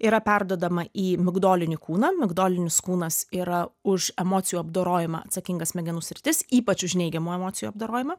yra perduodama į migdolinį kūną migdolinis kūnas yra už emocijų apdorojimą atsakinga smegenų sritis ypač už neigiamų emocijų apdorojimą